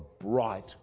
bright